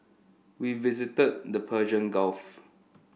we visited the Persian Gulf